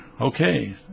Okay